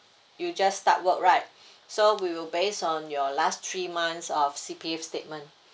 you just start work right so we'll based on your last three months of C_P_F statement